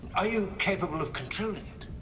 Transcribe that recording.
are you capable of controlling it?